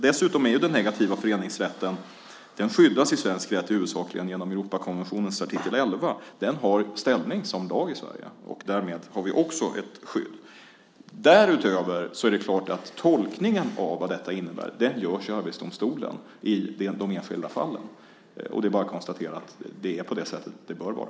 Den negativa föreningsrätten skyddas i svensk rätt huvudsakligen genom Europakonventionens artikel 11. Den har ställning som lag i Sverige, och därmed har vi också ett skydd. Därutöver är det klart att tolkningen av vad detta innebär görs i de enskilda fallen i Arbetsdomstolen. Det är bara att konstatera att det är på det sättet det bör vara.